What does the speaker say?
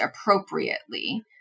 appropriately